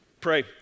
Pray